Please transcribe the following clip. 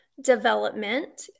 development